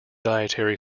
dietary